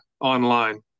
online